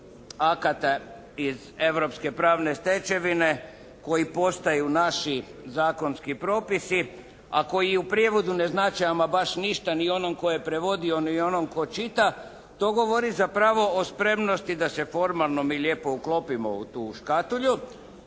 akata iz europske pravne stečevine koji postaju naši zakonski propisi, a koji u prijevodu ne znače ama baš ništa ni onom tko je prevodio ni onom tko čita. To govori zapravo o spremnosti da se formalno mi lijepo uklopimo u tu škatulju.